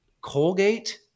Colgate